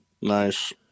Nice